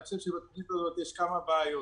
אני חושב שבתוכנית הזאת יש כמה בעיות.